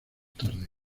tarde